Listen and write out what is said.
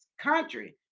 country